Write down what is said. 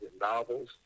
novels